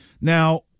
Now